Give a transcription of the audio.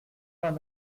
vingt